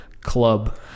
Club